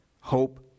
hope